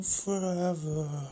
forever